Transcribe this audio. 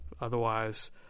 otherwise